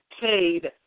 paid